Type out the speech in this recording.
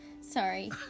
Sorry